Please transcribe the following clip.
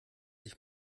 sich